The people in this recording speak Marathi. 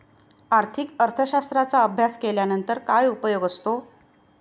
आर्थिक अर्थशास्त्राचा अभ्यास केल्यानंतर काय उपयोग असतो?